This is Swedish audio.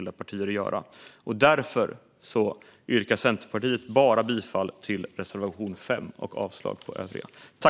Därför yrkar Centerpartiet bifall bara till reservation 5 och avslag på övriga.